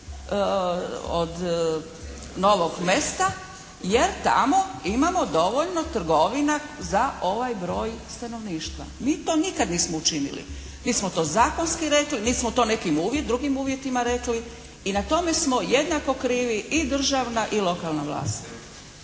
od Novog Mesta jer tamo imamo dovoljno trgovina za ovaj broj stanovništva.» Mi to nikad nismo učinili. Mi smo to zakonski rekli, mi smo to nekim drugim uvjetima rekli i na tome smo jednako krivi i državna i lokalna vlast.